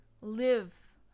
live